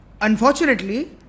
Unfortunately